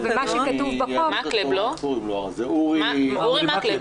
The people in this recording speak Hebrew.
זה אורי מקלב.